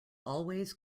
always